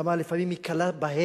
כמה לפעמים היא קלה בהדק,